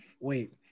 wait